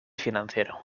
financiero